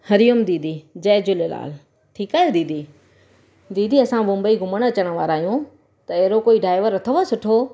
हरिओम दीदी जय झूलेलाल ठीकु आहियो दीदी दीदी असां मुंबई घुमणु अचण वारा आहियूं त अहिड़ो कोई डाइवर अथव सुठो